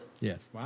Yes